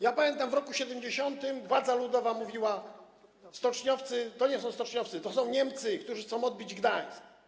Ja pamiętam, w roku 1970 władza ludowa mówiła: stoczniowcy to nie są stoczniowcy, to są Niemcy, którzy chcą odbić Gdańsk.